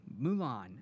Mulan